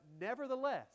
nevertheless